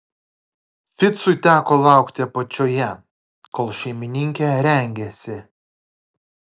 ficui teko laukti apačioje kol šeimininkė rengėsi